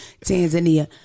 Tanzania